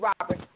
Robert